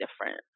different